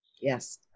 Yes